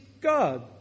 God